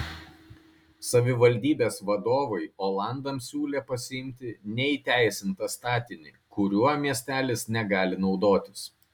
savivaldybės vadovai olandams siūlė pasiimti neįteisintą statinį kuriuo miestelis negali naudotis